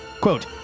Quote